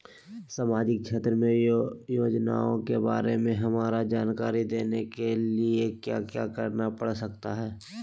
सामाजिक क्षेत्र की योजनाओं के बारे में हमरा जानकारी देने के लिए क्या क्या करना पड़ सकता है?